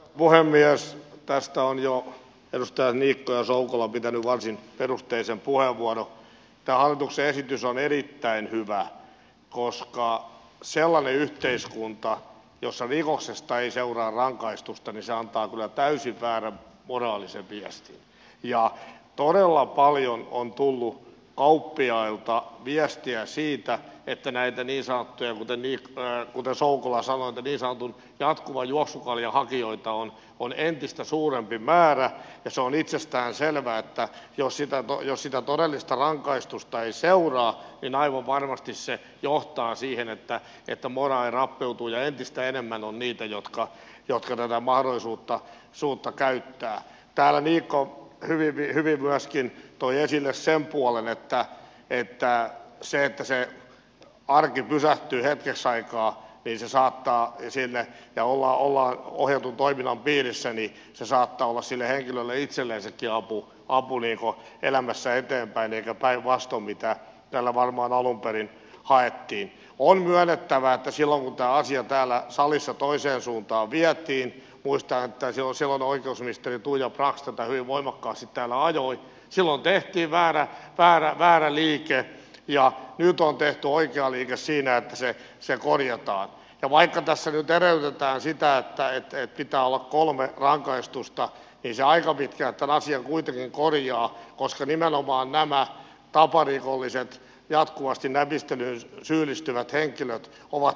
puhemies päästä on jo rustaniikkaa soukola pitäneet varsin perusteellisen puheenvuoron kaulukseesitys on erittäin hyvää koska se oli yhteiskuntaa jossa rikoksesta ei seuraa rangaistusta viisaampaa olla täysin väärä moraalisen viesti ja tulee olla paljon on tullut kauppiailta viestiä siitä että näitä viisaat ja bändit pää pursuu kuvassa magdisa on jatkuva juoksukaljaa joita on on entistä suurempi määrä jos oli itsestään selvää että jos sitä jo sitä todellista rangaistusta ei seuraa vinoiluun varmasti se johtaa siihen että tieto morarappeutuu ja entistä enemmän on niitä jotka jo keväällä mahdollisuutta suunto käyttää päällä liikauttaneet virve laskien toi esille sen puolen että riittää se että se on parempi pysähtyä jos aikaa viisi saattaa sillä ensi vuoden alusta lukien niin se saattaa olla sille henkilölle itsellensäkin apu olivat elämässä eteenpäin eikä päinvastoin mitä täällä varmaan alunperin haettiin puu on myönnettävä että se luovuttaa osia täällä salissa toiseen suuntaan vietiin muistan taisi osua oikeusministeri tuija brax ja väri voimakas pelaaja voi silloin tehtiin väärä väärä väärä liike ja kysymys on tehty oikea liike siinä sen se voi koulutus ja vaihtotase myytävä jotta olisi päättää ettei talo kolme rangaistusta ei se aika pitkä tämä asia kuitenkin kurjaa koska nimenomaan nämä taparikolliset jatkuvasti näpistelyyn syyllistyvät henkilöt ovat neuvonantajatehtävästä